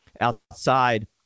outside